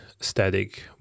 static